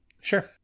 Sure